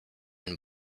and